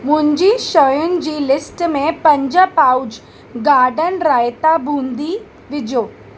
मुंहिंजी शयुनि जी लिस्ट में पंज पाउच गाडन रायता बूंदी विझो